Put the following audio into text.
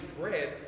bread